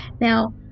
Now